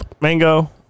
Mango